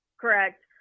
Correct